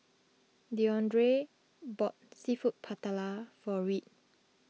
Deondre bought Seafood Paella for Reed